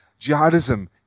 Jihadism